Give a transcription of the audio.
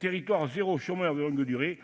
Territoires zéro chômeur de longue durée